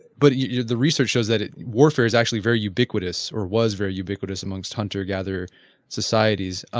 but yeah the research shows that warfare is actually very ubiquitous or was very ubiquitous amongst hunter-gatherer societies.